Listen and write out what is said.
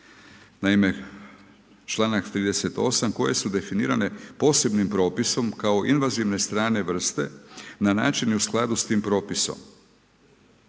Naime, članak 38. koje su definirane posebnim propisom, kao invazivne strane vrste na način i u skladu s tim propisom.